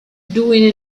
doing